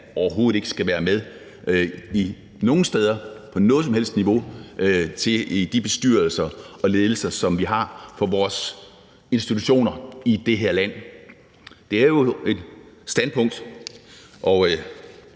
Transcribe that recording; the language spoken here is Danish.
overhovedet ikke skal være med nogen steder på noget som helst niveau i de bestyrelser og ledelser, som vi har på vores institutioner i det her land. Det er jo et standpunkt, og